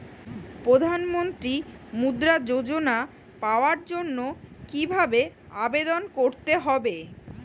প্রধান মন্ত্রী মুদ্রা যোজনা পাওয়ার জন্য কিভাবে আবেদন করতে হবে?